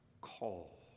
call